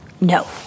No